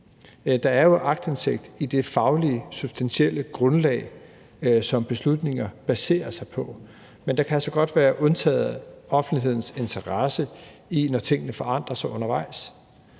Der er jo aktindsigt i det faglige, substantielle grundlag, som beslutninger baserer sig på, men det kan altså godt være undtaget offentlighedens interesse, når tingene forandrer sig undervejs.